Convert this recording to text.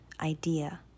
idea